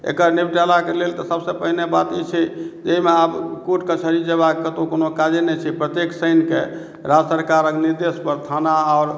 एकर निपटाराके लेल तऽ सबसँ पहिने बात ई छै जाहिमे आब कोर्ट कचहरी जेबाक कतहु कोनो काजे नहि छै प्रत्येक शनिके राज्य सरकारके निर्देशपर थाना आओर